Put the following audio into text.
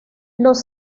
los